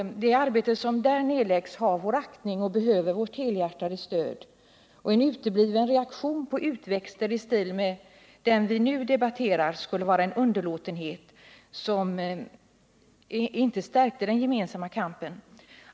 Det arbete som nedläggs där har vår aktning och behöver vårt helhjärtade stöd. En utebliven reaktion på en företeelse i stil med den vi nu debatterar skulle innebära en underlåtenhet som försvagade den gemensamma kampen.